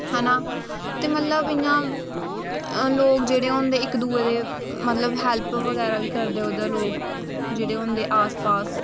है ना ते मतलब इ'यां लोग जेह्ड़े होंदे इक दुए दे मतलब हैल्प बगैरा बी करदे उद्धर लोग जेह्ड़े होंदे आस पास